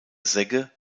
segge